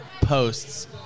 posts